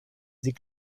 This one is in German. sie